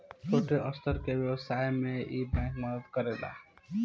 छोट स्तर के व्यवसाय में इ बैंक मदद करेला